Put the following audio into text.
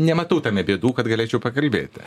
nematau tame bėdų kad galėčiau pakalbėti